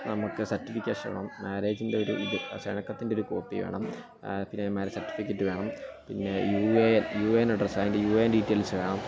നമ്മള്ക്ക് സർട്ടിഫിക്കേഷന് വേണം മാര്യേജിൻ്റെ ഒരു ഇത് ക്ഷണക്കത്തിൻ്റൊരു കോപ്പി വേണം പിന്നെ മാരേജ് സർട്ടിഫിക്കറ്റ് വേണം പിന്നെ യു എ എൻ അഡ്രസ്സ് അതിൻ്റെ യു എ എൻ ഡീറ്റെയിൽസ് വേണം